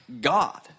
God